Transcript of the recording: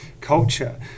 culture